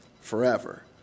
forever